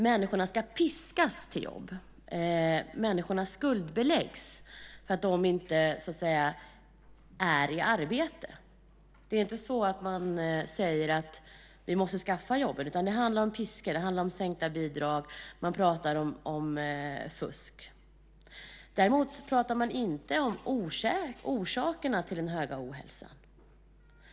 Människorna ska piskas till jobb. Människorna skuldbeläggs för att de inte är i arbete. Man säger inte att vi måste skaffa jobben, utan det handlar om piskor. Det handlar om sänkta bidrag, och man pratar om fusk. Däremot pratar man inte om orsakerna till den stora ohälsan.